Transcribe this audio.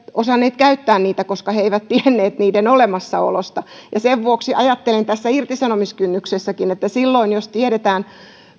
osanneet käyttää niitä koska he eivät tienneet niiden olemassaolosta sen vuoksi ajattelen tässä irtisanomiskynnyksessäkin että silloin jos tiedetään